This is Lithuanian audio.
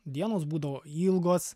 dienos būdavo ilgos